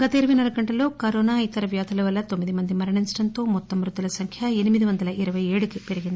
గత ఇరవై నాలుగు గంటల్లో కరోనా ఇతర వ్యాధుల వల్ల తొమ్మి ది మంది మరణించడంతో మొత్తం మృతుల సంఖ్య ఎనిమిది వందల ఇరపై ఏడు కి పెరిగింది